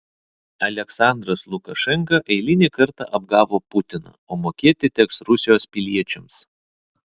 aliaksandras lukašenka eilinį kartą apgavo putiną o mokėti teks rusijos piliečiams